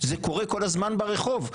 זה קורה כל הזמן ברחוב,